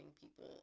people